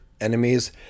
enemies